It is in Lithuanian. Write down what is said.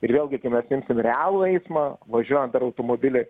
ir vėlgi kai mes imsim realų eismą važiuojant dar automobilį